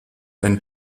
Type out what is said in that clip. ein